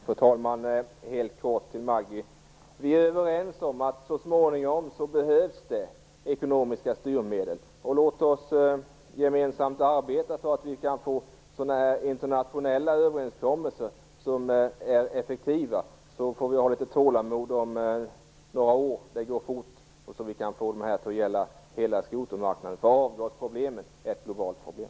Fru talman! Helt kort till Maggi Mikaelsson: Vi är överens om att det så småningom behövs ekonomiska styrmedel. Låt oss gemensamt arbeta för internationella överenskommelser som är effektiva. Vi får ha litet tålamod, och tiden går fort. Om några år kan de komma att gälla hela skotermarknaden. Avgasproblemet är ett globalt problem.